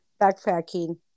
backpacking